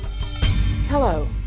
Hello